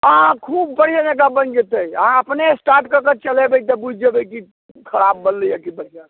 हाँ खूब बढ़िआँ जकाँ बनि जयतै आहाँ अपने स्टाट कऽ कऽ चलेबै तऽ बुझि जयबै कि खराब बनलैया कि बढ़िआँ